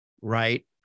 right